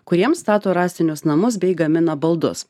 kuriem stato rąstinius namus bei gamina baldus